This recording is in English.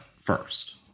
first